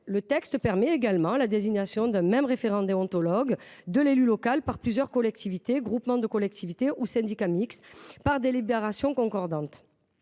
Le texte permet également la désignation d’un même référent déontologue de l’élu local par plusieurs collectivités, groupements de collectivités ou syndicats mixtes, par délibérations concordantes.